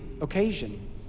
occasion